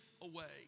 away